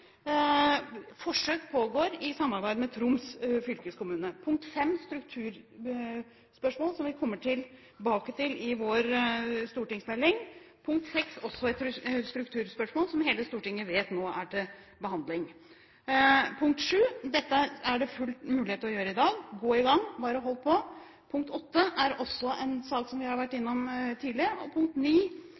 Forsøk pågår i samarbeid med Troms fylkeskommune. Punkt 5 er et strukturspørsmål, som vi kommer tilbake til i vår stortingsmelding. Punkt 6 er også et strukturspørsmål, som hele Stortinget nå vet at er til behandling. Punkt 7: Dette er det fullt mulig å gjøre i dag – gå i gang, bare hold på! Punkt 8 er også en sak som vi har vært innom tidligere. Punkt